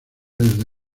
desde